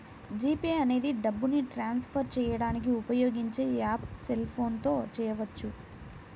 G pay అనేది డబ్బుని transfer చేయడానికి ఉపయోగించే యాప్పు సెల్ ఫోన్ తో చేయవచ్చు